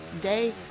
day